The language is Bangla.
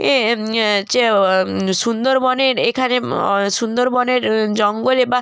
এ হচ্ছে ও সুন্দরবনের এখানে সুন্দরবনের জঙ্গলে বা